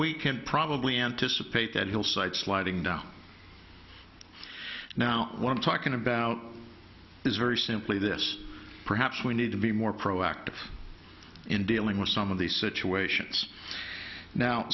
we can probably anticipate that hillside sliding down now talking about is very simply this perhaps we need to be more proactive in dealing with some of these situations now